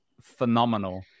phenomenal